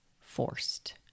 forced